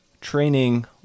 training